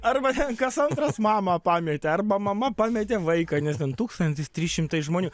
arba kas antras mamą pametė arba mama pametė vaiką nes ten tūkstantis trys šimtai žmonių